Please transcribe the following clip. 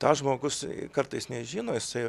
tą žmogus kartais nežino jisai